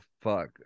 fuck